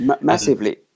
Massively